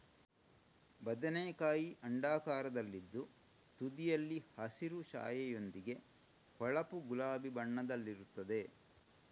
ಬದನೆಕಾಯಿ ಅಂಡಾಕಾರದಲ್ಲಿದ್ದು ತುದಿಯಲ್ಲಿ ಹಸಿರು ಛಾಯೆಯೊಂದಿಗೆ ಹೊಳಪು ಗುಲಾಬಿ ಬಣ್ಣದಲ್ಲಿರುತ್ತದೆ